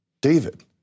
David